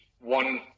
one